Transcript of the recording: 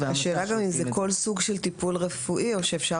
השאלה גם אם זה כל סוג של טיפול רפואי או שאפשר